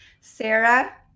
Sarah